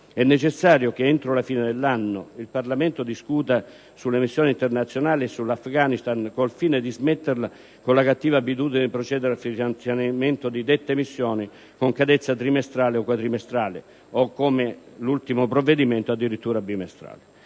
È necessario che, entro la fine dell'anno, il Parlamento discuta sulle missioni internazionali e sull'Afghanistan con il fine di smetterla con la cattiva abitudine di procedere al finanziamento di dette missioni con cadenza trimestrale o quadrimestrale o, come con l'ultimo provvedimento, addirittura bimestrale.